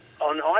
on